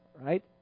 right